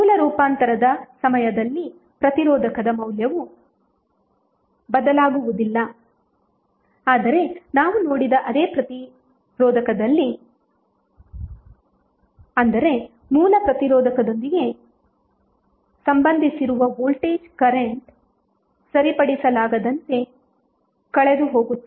ಮೂಲ ರೂಪಾಂತರದ ಸಮಯದಲ್ಲಿ ಪ್ರತಿರೋಧಕದ ಮೌಲ್ಯವು ಬದಲಾಗುವುದಿಲ್ಲ ಆದರೆ ನಾವು ನೋಡಿದ ಅದೇ ಪ್ರತಿರೋಧಕವಲ್ಲ ಅಂದರೆ ಮೂಲ ಪ್ರತಿರೋಧಕದೊಂದಿಗೆ ಸಂಬಂಧಿಸಿರುವ ವೋಲ್ಟೇಜ್ ಕರೆಂಟ್ ಸರಿಪಡಿಸಲಾಗದಂತೆ ಕಳೆದುಹೋಗುತ್ತದೆ